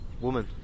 Woman